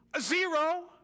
Zero